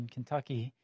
Kentucky